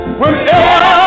whenever